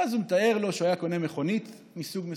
ואז הוא מתאר לו שהוא היה קונה מכונית מסוג מסוים.